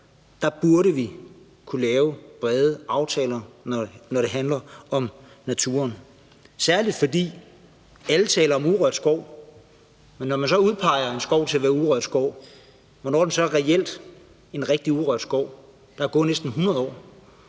Der burde vi kunne lave brede aftaler, når det handler om naturen. Alle taler om urørt skov, men når man udpeger en skov til at være urørt skov, hvornår er den så reelt en rigtig urørt skov? Der går næsten 100 år,